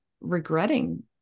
regretting